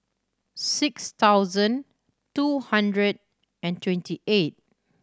six thousand two hundred and twenty eight